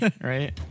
right